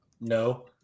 no